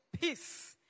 peace